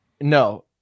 No